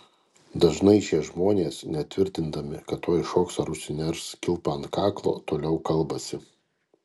dažnai šie žmonės net tvirtindami kad tuoj šoks ar užsiners kilpą ant kaklo toliau kalbasi